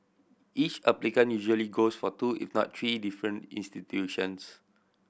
each applicant usually goes for two if not three different institutions